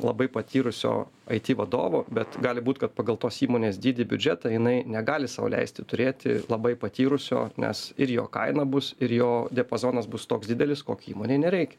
labai patyrusio aiti vadovo bet gali būt kad pagal tos įmonės dydį biudžetą jinai negali sau leisti turėti labai patyrusio nes ir jo kaina bus ir jo diapazonas bus toks didelis kokį įmonei nereikia